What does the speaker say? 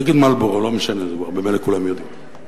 נגיד "מרלבורו", לא משנה, ממילא כולם יודעים.